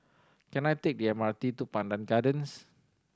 can I take M R T to Pandan Gardens